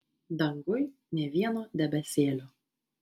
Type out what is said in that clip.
danguj nė vieno debesėlio